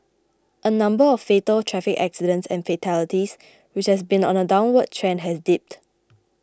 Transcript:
the number of fatal traffic accidents and fatalities which has been on a downward trend has dipped